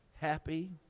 happy